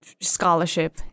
scholarship